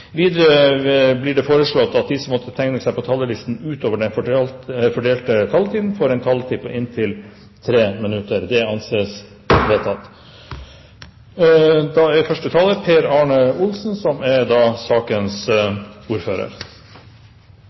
Videre blir det foreslått at de som måtte tegne seg på talerlisten utover den fordelte taletid, får en taletid på inntil 3 minutter. – Det anses vedtatt. Jeg har tenkt å starte mitt innlegg med å fortelle at jeg har kun to minner fra da